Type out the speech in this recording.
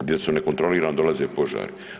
gdje nekontrolirano dolaze požari.